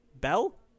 Bell